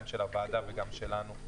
גם של הוועדה וגם שלנו,